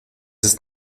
ist